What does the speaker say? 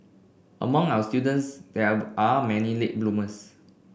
among our students there were are many late bloomers